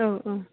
औ औ